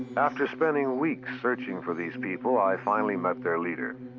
after spending weeks searching for these people, i finally met their leader.